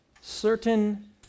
certain